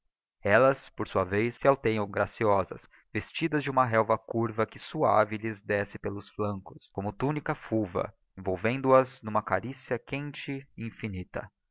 elias por sua vez se alteiam graciosas vestidas de uma relva curva que suave lhes desce pelos flancos como túnica fulva envolvendo as n'uma caricia quente e infinita